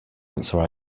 answer